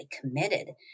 committed